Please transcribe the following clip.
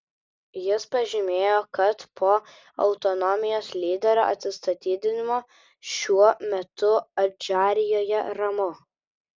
jis pažymėjo kad po autonomijos lyderio atsistatydinimo šiuo metu adžarijoje ramu